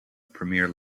premier